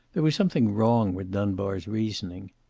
there was something wrong with dunbar's reasoning.